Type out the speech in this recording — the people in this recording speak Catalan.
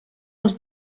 els